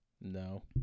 No